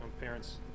parents